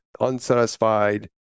unsatisfied